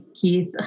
Keith